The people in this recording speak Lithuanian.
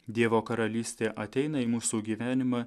dievo karalystė ateina į mūsų gyvenimą